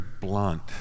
blunt